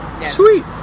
Sweet